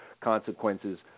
consequences